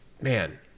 man